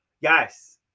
Yes